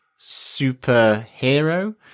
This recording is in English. superhero